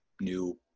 new